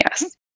yes